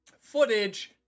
footage